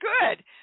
good